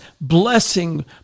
blessing